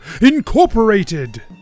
Incorporated